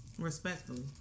Respectfully